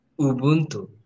Ubuntu